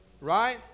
Right